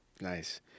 Nice